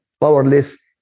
powerless